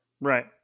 right